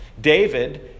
David